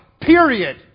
Period